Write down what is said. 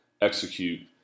execute